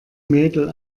mädel